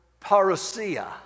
parousia